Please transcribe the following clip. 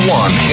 one